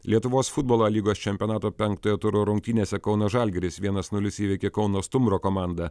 lietuvos futbolo a lygos čempionato penktojo turo rungtynėse kauno žalgiris vienas nulis įveikė kauno stumbro komandą